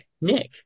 Nick